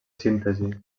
síntesi